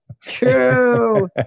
true